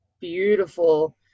beautiful